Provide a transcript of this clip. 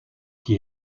qui